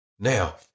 Now